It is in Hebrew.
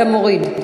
אתה מוריד.